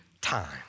time